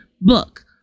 book